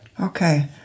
Okay